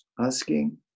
asking